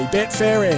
Betfair